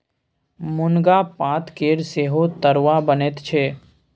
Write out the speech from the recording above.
मुनगा पातकेर सेहो तरुआ बनैत छै